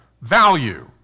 value